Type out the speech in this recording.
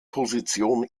position